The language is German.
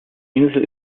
insel